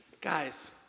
Guys